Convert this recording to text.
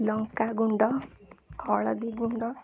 ଲଙ୍କା ଗୁଣ୍ଡ ହଳଦୀ ଗୁଣ୍ଡ